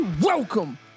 Welcome